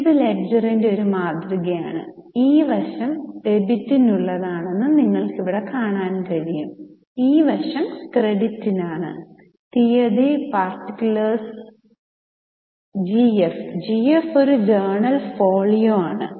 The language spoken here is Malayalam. ഇത് ലെഡ്ജറിന്റെ ഒരു മാതൃകയാണ് ഈ വശം ഡെബിറ്റിനുള്ളതാണെന്ന് നിങ്ങൾക്ക് ഇവിടെ കാണാൻ കഴിയും ഈ വശം ക്രെഡിറ്റിനാണ് തീയതി പാർട്ടിക്കലാർസ് ജെഎഫ് ജെഎഫ് ഒരു ജേണൽ ഫോളിയോ ആണ്